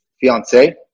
fiance